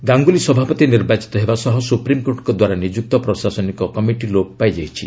ଗାଙ୍ଗୁଲି ସଭାପତି ନିର୍ବାଚିତ ହେବା ସହ ସୁପ୍ରିମକୋର୍ଟଙ୍କ ଦ୍ୱାରା ନିଯୁକ୍ତ ପ୍ରଶାସନିକ କମିଟି ଲୋପ ପାଇଯାଇଛି